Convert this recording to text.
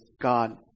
God